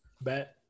Bet